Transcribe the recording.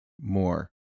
more